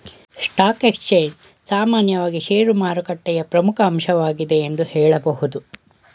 stock exchange ಸಾಮಾನ್ಯವಾಗಿ ಶೇರುಮಾರುಕಟ್ಟೆಯ ಪ್ರಮುಖ ಅಂಶವಾಗಿದೆ ಎಂದು ಹೇಳಬಹುದು